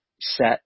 set